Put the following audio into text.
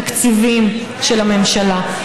ותקציבים של הממשלה.